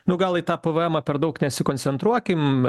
nu gal į tą p v emą per daug nesikoncentruokim